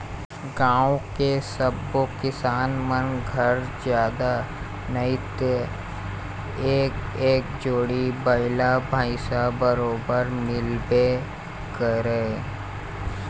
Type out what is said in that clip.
गाँव के सब्बो किसान मन घर जादा नइते एक एक जोड़ी बइला भइसा बरोबर मिलबे करय